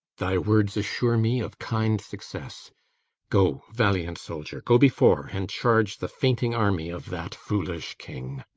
thy words assure me of kind success go, valiant soldier, go before, and charge the fainting army of that foolish king.